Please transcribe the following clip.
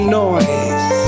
noise